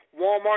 Walmart